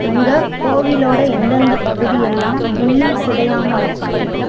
அங்கே கோவிலோடய எந்தெந்த பகுதியெல்லாம் இன்னும் சிதையாமல் இருக்குது